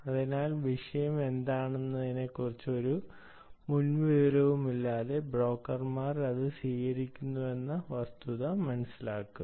അതിനാൽ വിഷയം എന്താണെന്നതിനെക്കുറിച്ച് ഒരു മുൻ വിവരവുമില്ലാതെ ബ്രോക്കർമാർ അത് സ്വീകരിക്കുന്നുവെന്ന വസ്തുത മനസിലാക്കുക